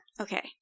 Okay